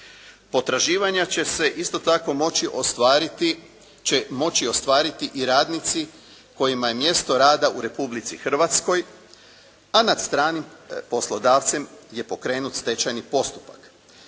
Potraživanja će se isto tako moći ostvariti i radnici kojima je mjesto rada u Republici Hrvatskoj a nad stranim poslodavcem je pokrenut stečajni postupak.